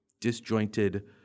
disjointed